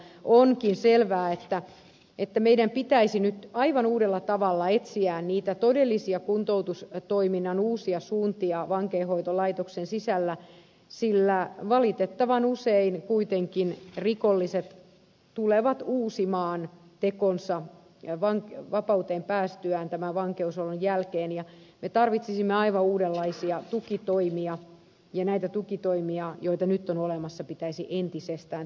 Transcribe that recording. onkin selvää että meidän pitäisi nyt aivan uudella tavalla etsiä niitä todellisia kuntoutustoiminnan uusia suuntia vankeinhoitolaitoksen sisällä sillä valitettavan usein kuitenkin rikolliset tulevat uusimaan tekonsa vapauteen päästyään tämän vankeusolon jälkeen ja me tarvitsisimme aivan uudenlaisia tukitoimia ja näitä tukitoimia joita nyt on olemassa pitäisi entisestään tehostaa